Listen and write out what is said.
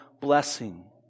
blessing